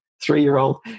three-year-old